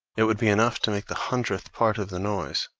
it would be enough to make the hundredth part of the noise.